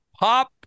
pop